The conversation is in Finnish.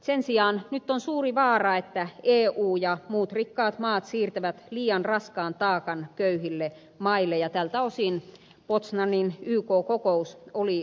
sen sijaan nyt on suuri vaara että eu ja muut rikkaat maat siirtävät liian raskaan taakan köyhille maille ja tältä osin poznanin yk kokous oli huolestuttava